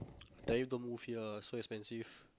tell you don't move here so expensive